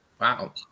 Wow